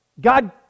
God